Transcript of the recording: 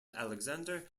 alexander